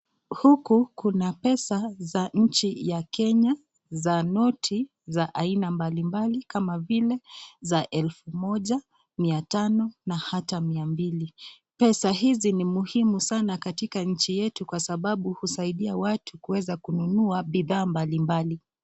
Huku kuna pesa za nchi ya Kenya za noti za aina mbalimbali kama vile za elfu moja, mia tano na ata mia mbili. Pesa hizi ni muhimu sana katika nchi yetu kwa sababu husaidia watu kuweza kununua bidhaa mbalimbali.